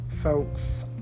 folks